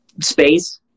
space